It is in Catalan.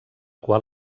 qual